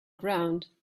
ground